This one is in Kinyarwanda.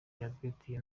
diyabete